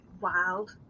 wild